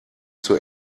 zur